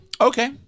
Okay